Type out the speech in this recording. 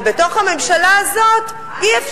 אבל בתוך הממשלה הזאת אי,